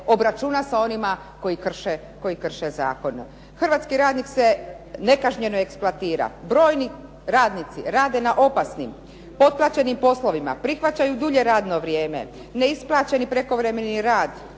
obračuna sa onima koji krše zakone. Hrvatski radnik se nekažnjeno eksploatira. Brojni radnici rade na opasnim, potplaćenim poslovima, prihvaćaju dulje radno vrijeme, neisplaćeni prekovremeni rad,